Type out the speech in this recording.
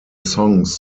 songs